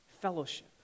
fellowship